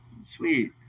Sweet